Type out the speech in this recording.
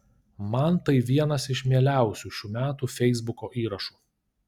man tai vienas iš mieliausių šių metų feisbuko įrašų